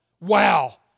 Wow